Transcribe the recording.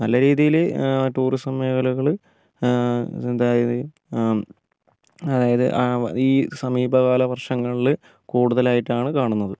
നല്ല രീതിയിൽ ടൂറിസം മേഖലകൾ എന്താ ഇത് അതായത് ആ വ ഈ സമീപ കാല വർഷങ്ങളിൽ കൂടുതലായിട്ടാണ് കാണുന്നത്